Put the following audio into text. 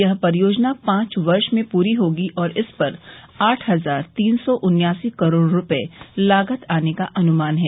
यह परियोजना पांच वर्ष में पूरी होगी और इस पर आठ हजार तीन सौ उन्यासी करोड़ रुपये लागत आने का अनुमान है